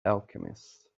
alchemist